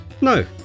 No